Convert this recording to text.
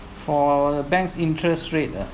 for the bank's interest rate ah